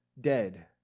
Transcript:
dead